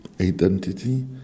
identity